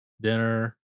dinner